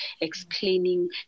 explaining